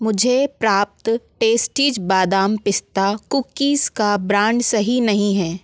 मुझे प्राप्त टेस्टीज़ बादाम पिस्ता कुकीज़ का ब्रांड सही नहीं है